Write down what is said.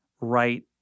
right